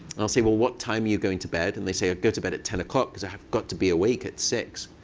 and i'll say, well, what time are you going to bed? and they say, i go to bed at ten o'clock because i have got to be awake at six